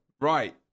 right